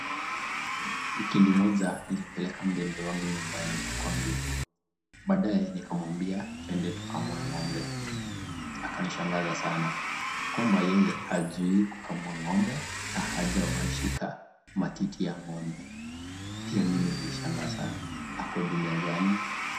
Wikendi moja nilipeleka mpenzi wangu nyumbani kwangu. Baadaye nikamwambia twende tukakamue ng'ombe akanishangaza sana kwamba yeye hajui kukamua ng'ombe na hajawahi shika matiti ya ng'ombe. Pia mimi nilishangaa sana ako dunia ngani.